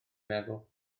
meddwl